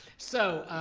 so,